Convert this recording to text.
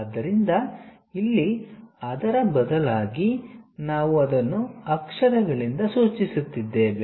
ಆದ್ದರಿಂದ ಇಲ್ಲಿಅದರ ಬದಲಾಗಿ ನಾವು ಅದನ್ನು ಅಕ್ಷರಗಳಿಂದ ಸೂಚಿಸುತ್ತಿದ್ದೇವೆ